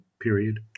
period